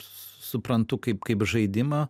suprantu kaip kaip žaidimą